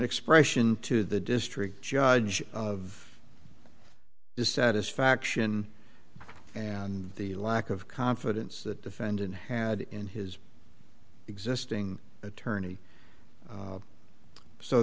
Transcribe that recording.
expression to the district judge of dissatisfaction and the lack of confidence that defendant had in his existing attorney